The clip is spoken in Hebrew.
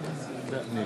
(תיקון,